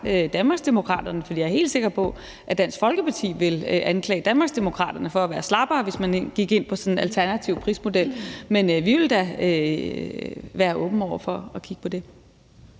Danmarksdemokraterne, for jeg er helt sikker på, at Dansk Folkeparti vil anklage Danmarksdemokraterne for at være slappere, hvis man gik ind for sådan en alternativ prismodel. Men vi vil da være åbne over for at kigge på det.